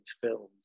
films